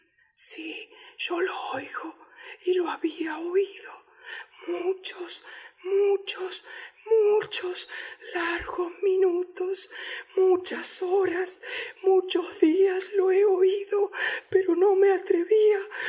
sí yo lo oigo y lo había oído muchos muchos muchos largos minutos muchas horas muchos días lo he oído pero no me atrevía oh